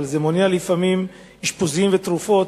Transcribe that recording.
אבל זה מונע לפעמים אשפוזים ותרופות